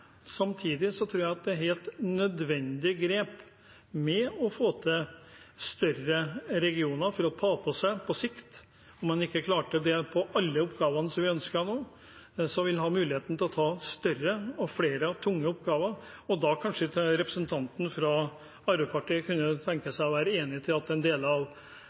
tror jeg at det er et helt nødvendig grep for å få til større regioner som på sikt vil ha muligheten til å ta på seg større og flere tunge oppgaver – om man nå ikke klarte alle oppgavene som vi ønsket. Da kunne kanskje representanten fra Arbeiderpartiet vært enig i at deler av helseforetakene burde vært overført til